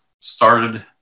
started